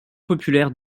populaire